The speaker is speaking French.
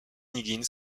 higgins